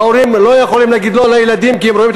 ההורים לא יכולים להגיד לא לילדים כי הם רואים את